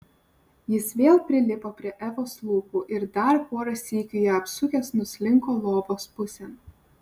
jis vėl prilipo prie evos lūpų ir dar porą sykių ją apsukęs nuslinko lovos pusėn